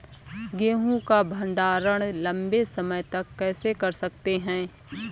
गेहूँ का भण्डारण लंबे समय तक कैसे कर सकते हैं?